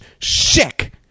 sick